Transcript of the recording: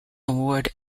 award